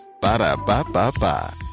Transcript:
Ba-da-ba-ba-ba